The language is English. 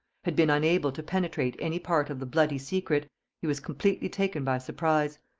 had been unable to penetrate any part of the bloody secret he was completely taken by surprise.